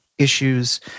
issues